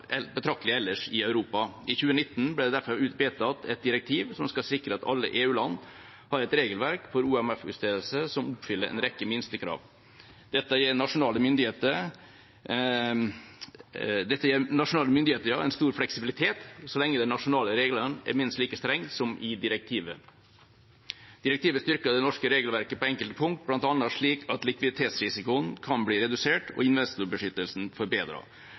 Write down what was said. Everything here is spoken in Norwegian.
betraktelig ellers i Europa. I 2019 ble det derfor vedtatt et direktiv som skal sikre at alle EU-land har et regelverk for OMF-utstedelse som oppfyller en rekke minstekrav. Dette gir nasjonale myndigheter en stor fleksibilitet, så lenge de nasjonale reglene er minst like strenge som i direktivet. Direktivet styrker det norske regelverket på enkelte punkter, bl.a. slik at likviditetsrisikoen kan bli redusert og investorbeskyttelsen